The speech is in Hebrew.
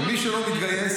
ומי שלא מתגייס,